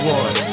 one